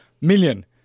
million